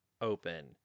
open